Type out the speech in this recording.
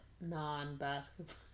non-basketball